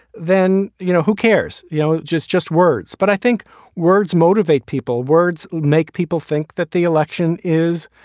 then, you know, who cares? you know, just just words. but i think words motivate motivate people. words make people think that the election is,